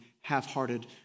half-hearted